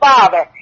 Father